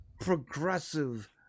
progressive